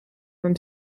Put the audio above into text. from